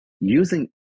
using